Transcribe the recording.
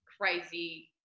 crazy